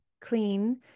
clean